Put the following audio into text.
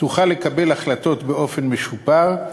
תוכל לקבל החלטות באופן משופר,